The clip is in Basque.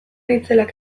itzelak